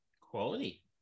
Quality